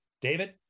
David